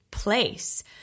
place